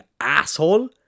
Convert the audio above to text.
asshole